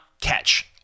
catch